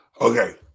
Okay